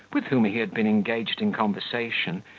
with whom he had been engaged in conversation,